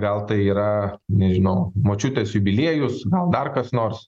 gal tai yra nežinau močiutės jubiliejus gal dar kas nors